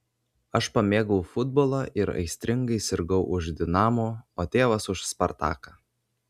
aš pamėgau futbolą ir aistringai sirgau už dinamo o tėvas už spartaką